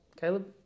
Caleb